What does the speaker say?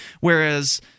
Whereas